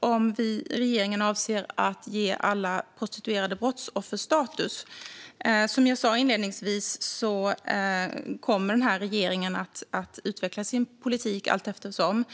om regeringen avser att ge alla prostituerade brottsofferstatus. Som jag sa inledningsvis kommer den här regeringen att utveckla sin politik allteftersom.